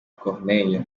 corneille